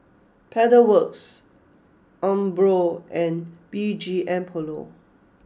Pedal Works Umbro and B G M Polo